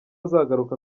azagaruka